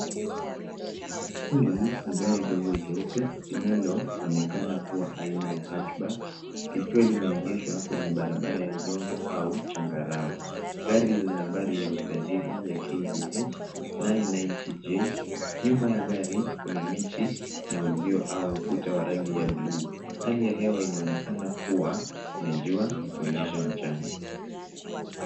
Hili ni gari dogo jeupe ambalo linaonekana kuwa aina ya hatchback likiwa limeegshwa kwenye barabara ya udongo au changarawe. Gari lina nambari ya usajili ya KDH 990J. Nyuma ya gari kuna miti na uzio au ukuta wa rangi ya buluu. Hali ya hewa inaonekana kuwa na jua ikionyesha mchana.